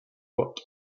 worked